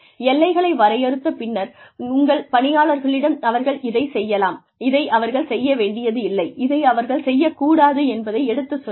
எல்லைகளை வரையறுத்த பின்னர் உங்கள் பணியாளர்களிடம் அவர்கள் இதைச் செய்யலாம் இதை அவர்கள் செய்ய வேண்டியதில்லை இதை அவர்கள் செய்யக் கூடாது என்பதை எடுத்துச் சொல்லுங்கள்